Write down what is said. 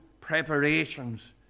preparations